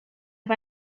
war